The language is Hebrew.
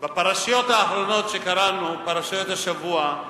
בפרשיות האחרונות שקראנו, פרשיות השבוע,